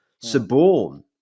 suborn